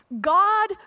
God